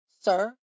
Sir